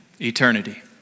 eternity